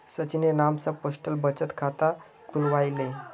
सचिनेर नाम स पोस्टल बचत खाता खुलवइ ले